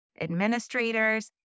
administrators